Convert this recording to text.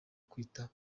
kwita